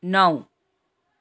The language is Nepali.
नौ